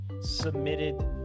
submitted